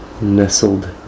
nestled